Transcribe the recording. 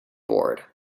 bored